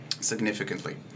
significantly